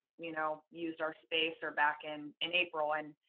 you know, used our space, or back in in april? and